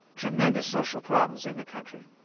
tremendous social problems in the country.